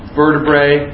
vertebrae